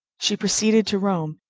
she proceeded to rome,